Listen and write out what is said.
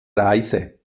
reise